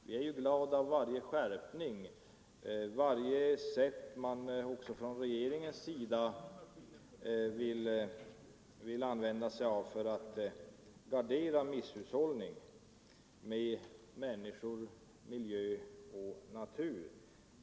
Vi är glada för varje skärpning, varje sätt regeringen vill använda sig av för att gardera sig mot misshushållning med människor, miljö och natur.